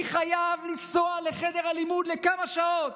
אני חייב לנסוע לחדר הלימוד לכמה שעות